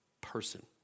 person